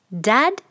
Dad